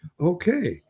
Okay